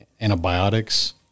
antibiotics